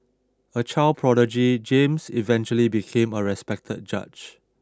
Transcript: a child prodigy James eventually became a respected judge